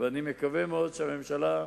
אני מקווה מאוד שהממשלה,